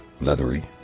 Leathery